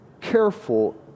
careful